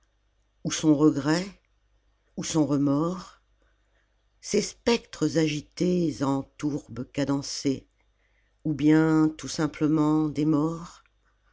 ou son regret ou son remords ces spectres agités en tourbe cadencée ou bien tout simplement des morts